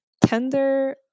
tender